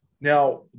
Now